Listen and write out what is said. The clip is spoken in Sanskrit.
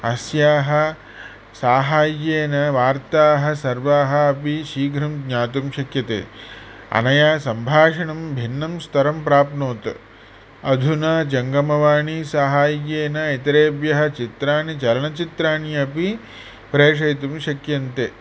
अस्याः साहाय्येन वार्ताः सर्वाः अपि शीघ्रं ज्ञातुं शक्यते अनया सम्भाषणं भिन्नं स्तरं प्राप्नोत् अधुना जङ्गमवाणीसाहाय्येन इतरेभ्यः चित्राणि चलनचित्राणि अपि प्रेषयितुं शक्यन्ते